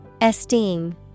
Esteem